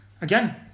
again